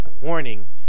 Warning